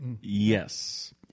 Yes